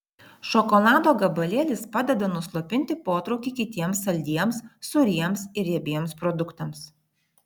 šokolado gabalėlis padeda nuslopinti potraukį kitiems saldiems sūriems ir riebiems produktams